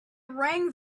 rang